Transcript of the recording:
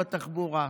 בתחבורה,